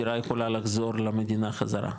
דירה יכולה לחזור למדינה חזרה,